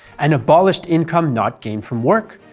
and abolished income not gained from work,